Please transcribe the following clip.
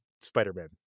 Spider-Man